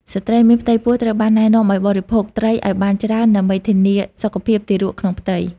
ស្ត្រីមានផ្ទៃពោះ ត្រូវបានណែនាំឱ្យបរិភោគត្រីឱ្យបានច្រើនដើម្បីធានាសុខភាពទារកក្នុងផ្ទៃ។